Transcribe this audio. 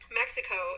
mexico